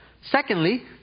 Secondly